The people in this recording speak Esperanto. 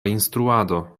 instruado